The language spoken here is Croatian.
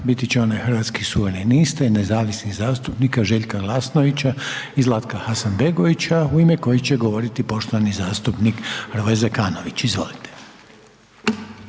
zastupnika Hrvatskih suverenista i nezavisnih zastupnika Željka Glasnovića i Zlatka Hasanbegovića govoriti poštovani zastupnik Hrvoje Zekanović. Izvolite.